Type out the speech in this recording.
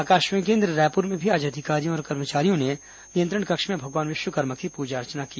आकाशवाणी केंद्र रायपुर में भी आज अधिकारियों और कर्मचारियों ने नियंत्रण कक्ष में भगवान विश्वकर्मा की पुजा अर्चना की